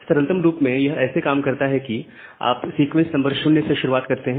सरलतम रूप में यह ऐसे काम करता है कि आप सीक्वेंस नंबर 0 से शुरुआत करते हैं